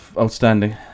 outstanding